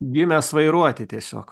gimęs vairuoti tiesiog